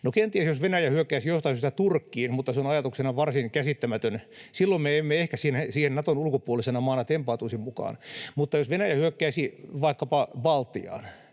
No kenties, jos Venäjä hyökkäisi jostain syystä Turkkiin, mutta se on ajatuksena varsin käsittämätön, silloin me emme ehkä siihen Naton ulkopuolisena maana tempautuisi mukaan. Mutta jos Venäjä hyökkäisi vaikkapa Baltiaan,